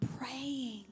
praying